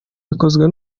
bikozwe